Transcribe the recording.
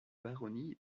baronnie